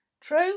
True